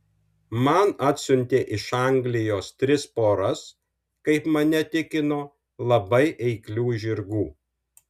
man atsiuntė iš anglijos tris poras kaip mane tikino labai eiklių žirgų